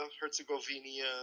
Herzegovina